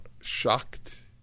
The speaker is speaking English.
shocked